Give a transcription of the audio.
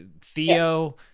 Theo